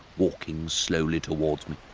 walking slowly towards me.